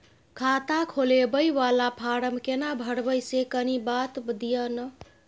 खाता खोलैबय वाला फारम केना भरबै से कनी बात दिय न?